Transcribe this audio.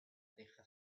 teja